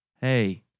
Hey